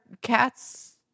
cats